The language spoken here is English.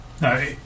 No